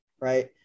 right